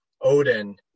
odin